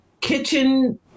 kitchen